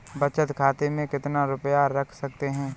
बचत खाते में कितना रुपया रख सकते हैं?